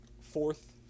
fourth